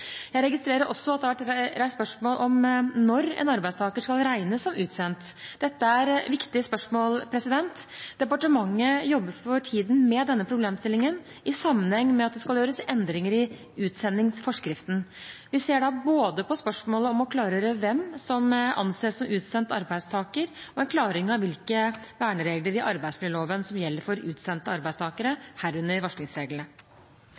Jeg registrerer også at det har vært reist spørsmål om når en arbeidstaker skal regnes som utsendt. Dette er viktige spørsmål. Departementet jobber for tiden med denne problemstillingen i sammenheng med at det skal gjøres endringer i utsendingsforskriften. Vi ser da både på spørsmålet om å klargjøre hvem som anses som utsendt arbeidstaker, og en klargjøring av hvilke verneregler i arbeidsmiljøloven som gjelder for utsendte arbeidstakere, herunder varslingsreglene.